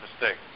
mistake